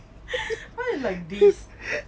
why you like this